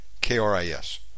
K-R-I-S